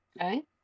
Okay